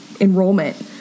enrollment